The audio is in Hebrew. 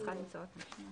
אני צריכה למצוא אותם.